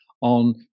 on